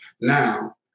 Now